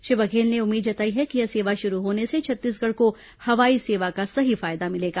श्री बघेल ने उम्मीद जताई है कि यह सेवा शुरू होने से छत्तीसगढ़ को हवाई सेवा का सही फायदा मिलेगा